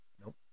Nope